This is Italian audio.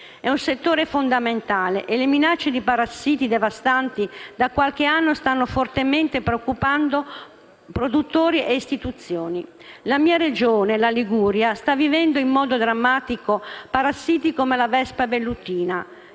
È un settore fondamentale e le minacce di parassiti devastanti da qualche anno stanno fortemente preoccupando produttori e istituzioni. La mia Regione, la Liguria, sta vivendo in modo drammatico parassiti come la vespa vellutina,